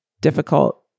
difficult